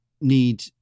need